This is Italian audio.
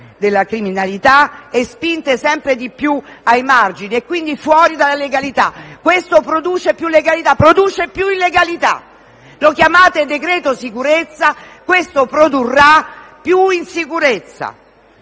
della criminalità e vengono spinte sempre di più ai margini e quindi fuori dalla legalità. Tutto ciò non produrrà più legalità, ma più illegalità: lo chiamate decreto sicurezza, ma produrrà più insicurezza.